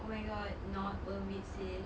oh my god not worth it sis